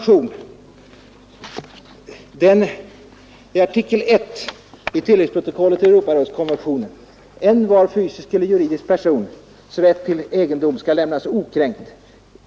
I artikel 1 i tilläggsprotokollet till Europarådskonventionen står: ”Envar fysisk eller juridisk persons rätt till egendom skall lämnas okränkt.